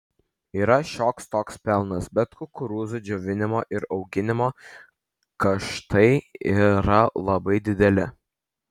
yra šioks toks pelnas bet kukurūzų džiovinimo ir auginimo kaštai yra labai dideli